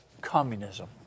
communism